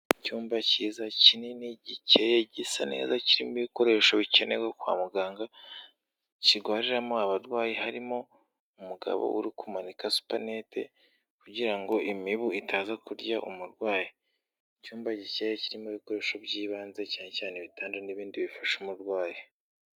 Icyumba cyiza kinini gike gisa neza kirimo ibikoresho bikenewe kwa muganga kigwariramo abarwayi harimo umugabo uri kumanika supanete kugira ngo imibu itaza kurya umurwayi, icyumba gikeye kirimo ibikoresho by'ibanze cyane cyane ibitanda n'ibindi bifasha umurwayi.